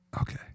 Okay